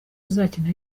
uzakina